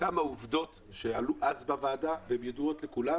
כמה עובדות שעלו אז בוועדה והן ידועות לכולם.